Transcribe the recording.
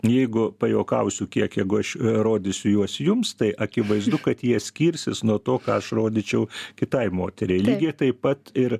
jeigu pajuokausiu kiek jeigu aš rodysiu juos jums tai akivaizdu kad jie skirsis nuo to ką aš rodyčiau kitai moteriai lygiai taip pat ir